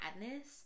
sadness